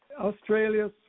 Australia